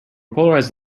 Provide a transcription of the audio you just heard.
polarized